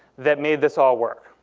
that made this all work.